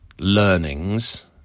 Learnings